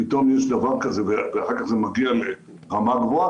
פתאום יש דבר כזה ואחר כך זה מגיע לרמה גבוהה,